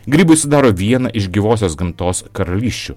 grybai sudaro vieną iš gyvosios gamtos karalysčių